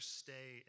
stay